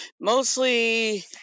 mostly